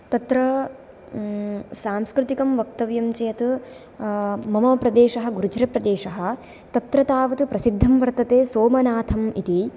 तत्र सांस्कृतिकं वक्तव्यं चेत् मम प्रदेशः गुर्जरप्रदेशः तत्र तावत् प्रसिद्धं वर्तते सोमनाथम् इति